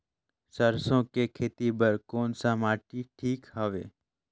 सरसो के खेती बार कोन सा माटी ठीक हवे?